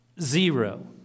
Zero